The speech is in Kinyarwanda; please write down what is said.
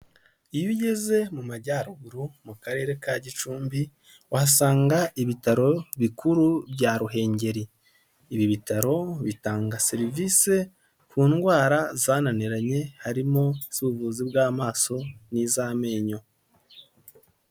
Iyo ugeze mu Majyaruguru, mu karere ka Gicumbi, uhasanga ibitaro bikuru bya Ruhengeri, ibi bitaro, bitanga serivisi ku ndwara zananiranye, harimo iz'ubuvuzi bw'amaso, n'iz'amenyo.